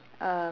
um